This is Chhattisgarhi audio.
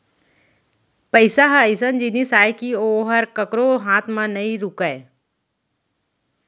पइसा ह अइसन जिनिस अय कि ओहर कोकरो हाथ म नइ रूकय